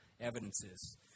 evidences